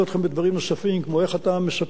כמו איך אתה מספק יותר גז,